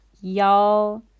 y'all